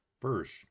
First